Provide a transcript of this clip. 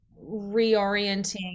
reorienting